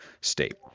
State